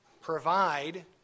provide